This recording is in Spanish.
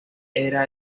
era